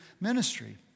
ministry